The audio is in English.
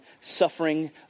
suffering